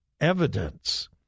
evidence